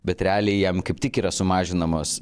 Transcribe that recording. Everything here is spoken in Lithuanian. bet realiai jam kaip tik yra sumažinamos